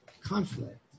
conflict